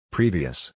Previous